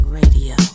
radio